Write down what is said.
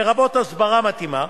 לרבות הסברה מתאימה,